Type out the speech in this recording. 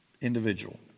individual